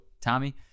Tommy